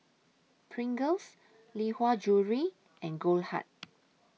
Pringles Lee Hwa Jewellery and Goldheart